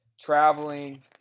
Traveling